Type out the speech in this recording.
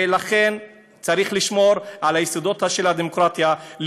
ולכן, צריך לשמור על היסודות של הדמוקרטיה, תודה.